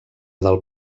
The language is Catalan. del